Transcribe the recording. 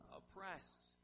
oppressed